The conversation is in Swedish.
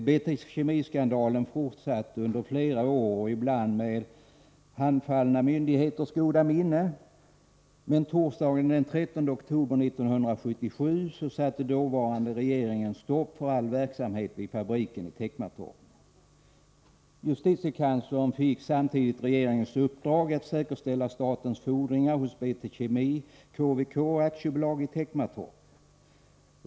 BT Kemi-skandalen fortsatte under flera år, ibland med handfallna myndigheters goda minne. Men torsdagen den 13 oktober 1977 satte den dåvarande regeringen stopp för all verksamhet vid fabriken i Teckomatorp. Justitiekanslern fick samtidigt regeringens uppdrag att säkerställa statens fordringar hos BT Kemi KVK Aktiebolag i Teckomatorp.